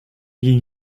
ging